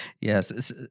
yes